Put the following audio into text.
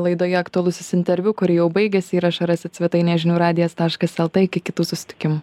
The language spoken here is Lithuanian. laidoje aktualusis interviu kuri jau baigėsi įrašą rasit svetainėje žinių radijas taškas lt iki kitų susitikimų